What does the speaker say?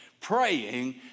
praying